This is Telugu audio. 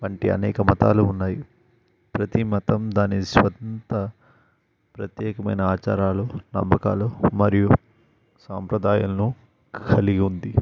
అంటే అనేక మతాలు ఉన్నాయి ప్రతి మతం దాని సొంత ప్రత్యేకమైన ఆచారాలు నమ్మకాలు మరియు సంప్రదాయాలను కలిగి ఉంది